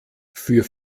für